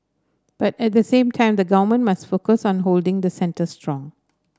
but at the same time the government must focus on holding the centre strong